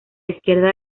izquierda